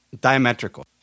diametrical